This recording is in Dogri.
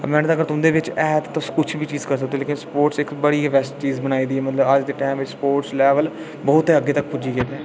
मेह्नत अगर तुंदे बिच्च है ना तुस किश बी करी सकदे ओ स्पोर्टस इक बड़ी गै बैस्ट चीज़ बनाई दी अज्ज दे टैम च स्पोर्टस लैबल बड़ा गै अग्गे तक पुजी गेदा ऐ